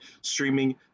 streaming